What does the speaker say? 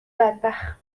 بدبخت